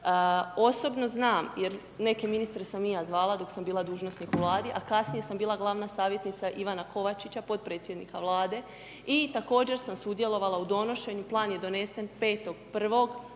Osobno znam, jer neke ministre sam i ja zvala, dok sam bila dužnosnik u Vladi, a kasnije sam bila glavna savjetnica Ivana Kovačića, podpredsjednika Vlade i također sam sudjelovala u donošenju. Plan je donesen